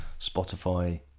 Spotify